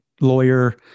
lawyer